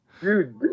Dude